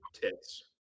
tits